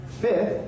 Fifth